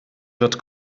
wird